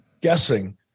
guessing